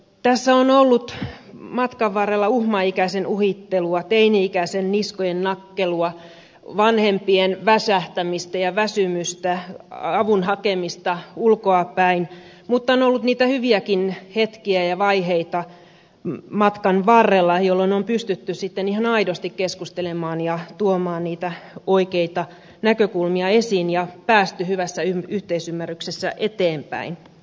tässä on ollut matkan varrella uhmaikäisen uhittelua teini ikäisen niskojen nakkelua vanhempien väsähtämistä ja väsymystä avun hakemista ulkoapäin mutta on ollut niitä hyviäkin hetkiä ja vaiheita matkan varrella jolloin on pystytty ihan aidosti keskustelemaan ja tuomaan niitä oikeita näkökulmia esiin ja päästy hyvässä yhteisymmärryksessä eteenpäin